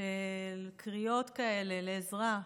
של קריאות כאלה לעזרה,